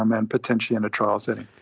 um and potentially in a trial setting.